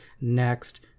next